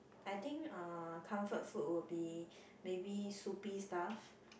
I think uh comfort food would be maybe soupy stuff